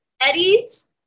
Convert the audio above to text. Eddie's